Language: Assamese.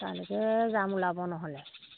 তালৈকে যাম ওলাব নহ'লে